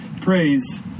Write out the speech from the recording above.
praise